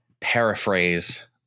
paraphrase